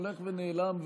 הולך ונעלם,